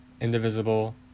indivisible